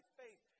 faith